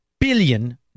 billion